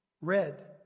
red